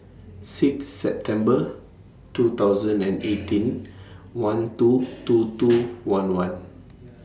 six September two thousand and eighteen one two two two one one